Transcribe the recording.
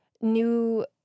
new